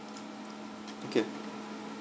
okay